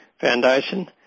Foundation